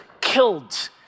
killed